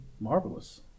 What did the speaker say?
marvelous